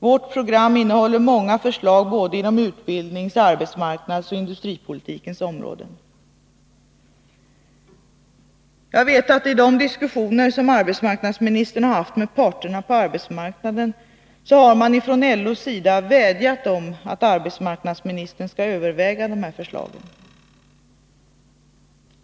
Vårt program innehåller många förslag inom utbildnings-, arbetsmarknadsoch industripolitikens områden. Jag vet att i de diskussioner som arbetsmarknadsministern har haft med parterna på arbetsmarknaden har man ifrån LO:s sida vädjat om att arbetsmarknadsministern skall överväga de här förslagen.